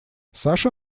саша